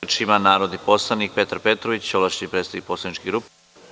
Reč ima narodni poslanik Petar Petrović, ovlašćeni predstavnik poslaničke grupe.